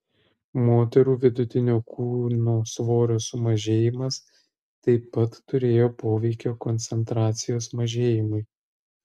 moterų vidutinio kūno svorio sumažėjimas taip pat turėjo poveikio koncentracijos mažėjimui